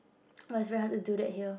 well it's very hard to do that here